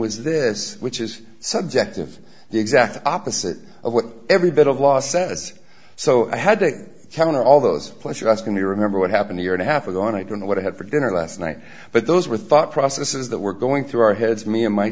was this which is subjective the exact opposite of what every bit of law says so i had to counter all those plus you're asking to remember what happened a year and a half ago and i don't know what i had for dinner last night but those were thought processes that were going through our heads me and my